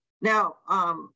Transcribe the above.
Now